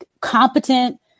competent